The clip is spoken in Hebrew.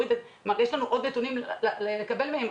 יש עוד נתונים לקבל מהם,